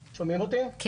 אז,